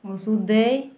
ওষুধ দেয়